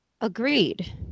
agreed